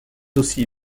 aussi